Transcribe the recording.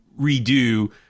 redo